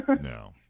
No